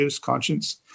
conscience